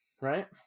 right